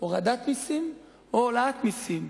הורדת מסים או העלאת מסים?